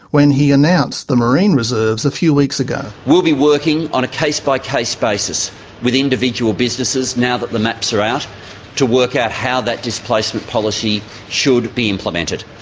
when he announced the marine reserves a few weeks ago. we'll be working on a case-by-case basis with individual businesses now that the maps are out to work out how that displacement policy should be implemented.